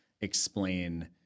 explain